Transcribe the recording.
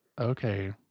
okay